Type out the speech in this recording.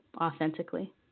authentically